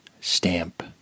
Stamp